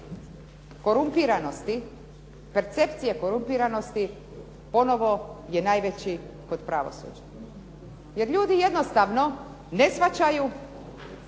korumpiranosti, percepcije korumpiranosti ponovo je najveći kod pravosuđa jer ljudi jednostavno ne shvaćaju